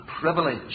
privilege